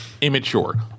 immature